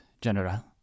General